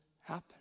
happen